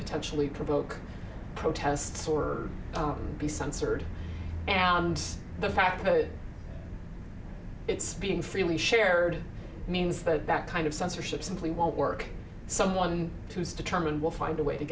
potentially provoke protests or be censored and the fact that it's being freely shared means that that kind of censorship simply won't work someone who's determined will find a way to